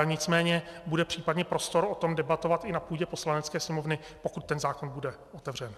Nicméně bude případně prostor o tom debatovat i na půdě Poslanecké sněmovny, pokud ten zákon bude otevřen.